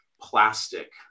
plastic